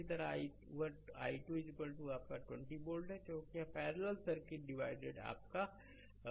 इसी तरह i2 आपका 20 वोल्ट क्योंकि यह पैरलल सर्किट डिवाइडेड आपका 60 है